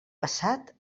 passat